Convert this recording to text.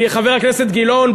חבר הכנסת גילאון,